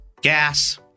gas